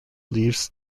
leaves